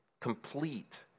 complete